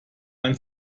ein